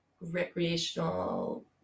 recreational